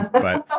but.